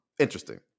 interesting